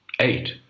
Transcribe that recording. Eight